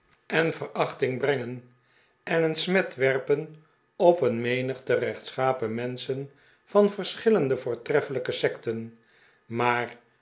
en verachting brengen en een smet werpen op een menigte rechtschapen menschen van verschillende voortreffelijke sekteri maar